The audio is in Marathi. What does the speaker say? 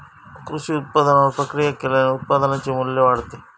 कृषी उत्पादनावर प्रक्रिया केल्याने उत्पादनाचे मू्ल्य वाढते